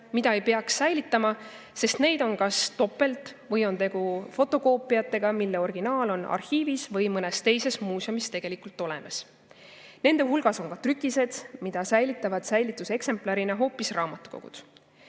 mida ei peaks säilitama, sest neid on kas topelt või on tegu fotokoopiatega, mille originaal on arhiivis või mõnes teises muuseumis tegelikult olemas. Nende hulgas on ka trükised, mida säilitavad säilituseksemplarina hoopis raamatukogud.